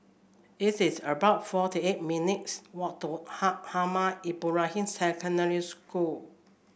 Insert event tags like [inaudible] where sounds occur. this is about forty eight minutes' walk to [unintelligible] Ahmad Ibrahim Secondary School